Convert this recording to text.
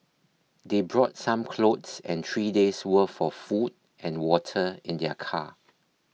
they brought some clothes and three days worth for food and water in their car